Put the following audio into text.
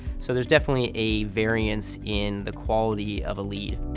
so there's definitely a variance in the quality of a lead.